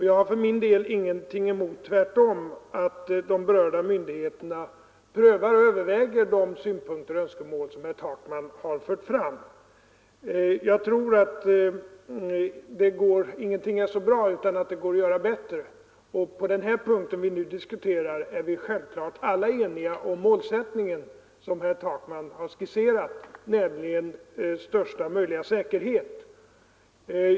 Jag har för min del ingenting emot — tvärtom — att de berörda myndigheterna prövar och överväger de synpunkter och önskemål som herr Takman har fört fram. Ingenting är så bra att det inte kan göras bättre, och beträffande den fråga vi nu diskuterar är vi självfallet alla eniga om målsättningen som herr Takman har skisserat, nämligen största möjliga säkerhet.